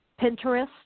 Pinterest